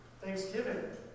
Thanksgiving